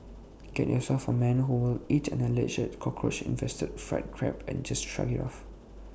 get yourself A man who will eat an Alleged Cockroach infested fried Crab and just shrug IT off